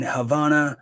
Havana